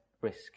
risk